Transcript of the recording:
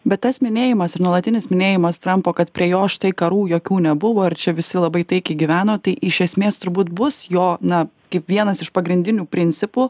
bet tas minėjimas ir nuolatinis minėjimas trampo kad prie jo štai karų jokių nebuvo ir čia visi labai taikiai gyveno tai iš esmės turbūt bus jo na kaip vienas iš pagrindinių principų